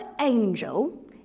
angel